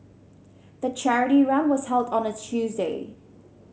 the charity run was held on a Tuesday